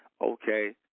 Okay